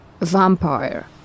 Vampire